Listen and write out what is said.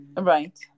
Right